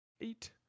Eight